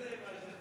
טוב.